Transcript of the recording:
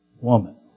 woman